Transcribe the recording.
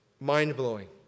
mind-blowing